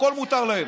הכול מותר להם.